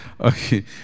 Okay